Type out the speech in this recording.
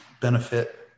benefit